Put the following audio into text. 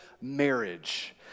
marriage